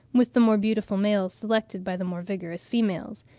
with the more beautiful males selected by the more vigorous females.